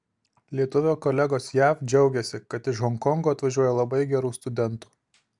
lietuvio kolegos jav džiaugiasi kad iš honkongo atvažiuoja labai gerų studentų